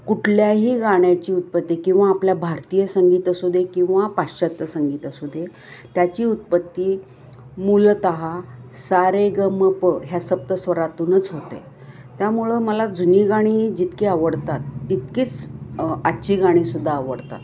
कुठल्याही गाण्याची उत्पत्ती किंवा आपल्या भारतीय संगीत असू दे किंवा पाश्चात्य संगीत असू दे त्याची उत्पत्ती मुलतः सारेगमप ह्या सप्त स्वरातूनच होते त्यामुळं मला जुनी गाणी जितकी आवडतात तितकीच आजची गाणीसुद्धदा आवडतात